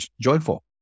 joyful